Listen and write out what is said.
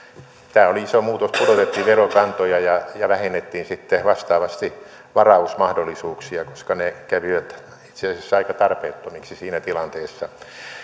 tämä oli iso muutos pudotettiin verokantoja ja ja vähennettiin sitten vastaavasti varausmahdollisuuksia koska ne kävivät itse asiassa aika tarpeettomiksi siinä tilanteessa